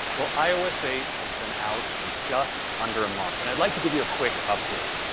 well, ios eight has been out for just under a month and i'd like to give you a quick update.